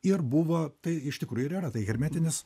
ir buvo tai iš tikrųjų ir yra tai hermetinis